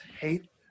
hate